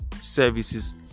services